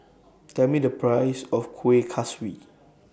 Tell Me The priceS of Kuih Kaswi